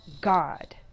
God